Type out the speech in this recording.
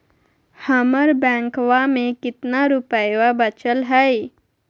हमर बैंकवा में कितना रूपयवा बचल हई?